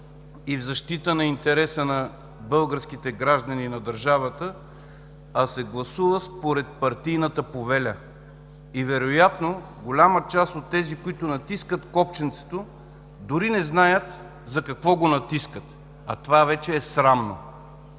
и в защита интереса на българските граждани и на държавата, а се гласува според партийната повеля. Вероятно голяма част от тези, които натискат копченцето, дори не знаят за какво го натискат. Това вече е срамно!